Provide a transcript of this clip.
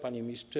Panie Ministrze!